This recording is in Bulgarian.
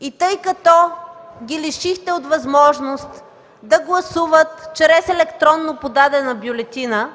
и тъй като ги лишихте от възможност да гласуват чрез електронно подадена бюлетина,